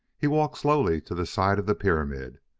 he walked slowly to the side of the pyramid,